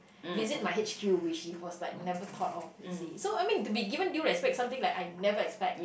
visit my h_q which is was like never thought of to see so I mean to be given due respect something like I never expect